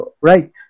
right